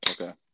okay